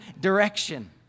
direction